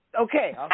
Okay